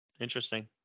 Interesting